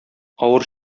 авыр